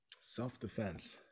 Self-defense